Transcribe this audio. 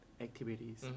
activities